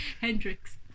Hendrix